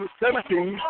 seventeen